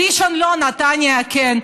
ראשון לא, נתניה כן.